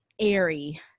airy